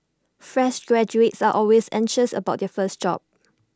fresh graduates are always anxious about their first job